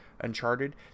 Uncharted